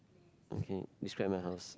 okay describe my house